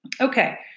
Okay